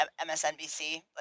MSNBC